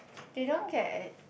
they don't get